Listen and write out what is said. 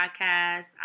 podcast